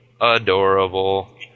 Adorable